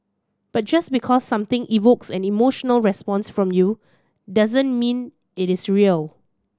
but just because something evokes an emotional response from you doesn't mean it is real